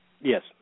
Yes